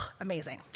amazing